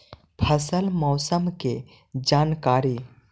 फसल मौसम के जानकारी?